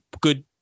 good